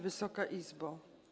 Wysoka Izbo!